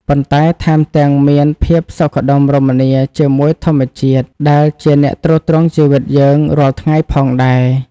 ប៉ុន្តែថែមទាំងមានភាពសុខដុមរមនាជាមួយធម្មជាតិដែលជាអ្នកទ្រទ្រង់ជីវិតយើងរាល់ថ្ងៃផងដែរ។